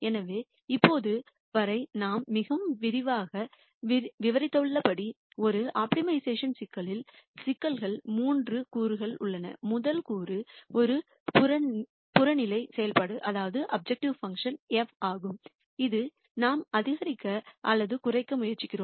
எனவே இப்போது வரை நாம் மிகவும் விரிவாக விவரித்துள்ளபடி ஒரு ஆப்டிமைசேஷன் சிக்கலில் மூன்று கூறுகள் உள்ளன முதல் கூறு ஒரு புறநிலை செயல்பாடு f ஆகும் இது நாம் அதிகரிக்க அல்லது குறைக்க முயற்சிக்கிறோம்